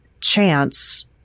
chance –